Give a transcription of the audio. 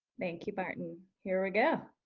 thank you, martin. here we go.